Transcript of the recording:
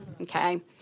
Okay